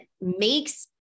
makes